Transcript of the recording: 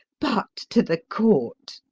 but to the court!